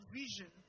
vision